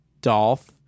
Dolph